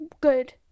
good